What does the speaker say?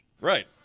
Right